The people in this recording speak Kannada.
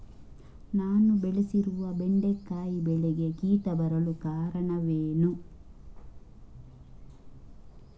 ನಾನು ಬೆಳೆಸಿರುವ ಬೆಂಡೆಕಾಯಿ ಬೆಳೆಗೆ ಕೀಟ ಬರಲು ಕಾರಣವೇನು?